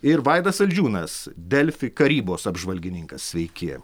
ir vaidas saldžiūnas delfi karybos apžvalgininkas sveiki